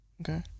Okay